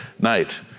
night